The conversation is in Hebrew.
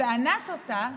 ואנס אותה